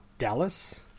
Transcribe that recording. dallas